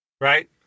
Right